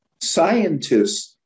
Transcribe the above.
scientists